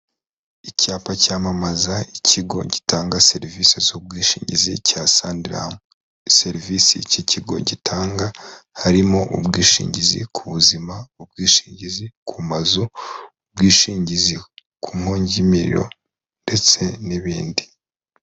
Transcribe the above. Icyapa cyamamaza ikigo gitanga serivisi z'ubwishingizi cya sanlamu, serivisi icy'ikigo gitanga harimo ubwishingizi ku buzima, ubwishingizi ku mazu, ubwishingizi ku nkongimiriro ndetse n'ibindi.